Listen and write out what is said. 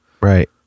Right